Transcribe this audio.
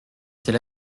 c’est